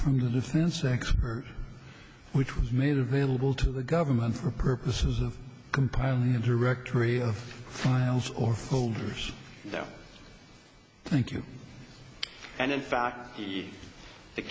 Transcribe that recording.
from the defense next which was made available to the government for purposes of compiling directory of files or folders that thank you and in fact he